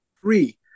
Three